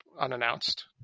unannounced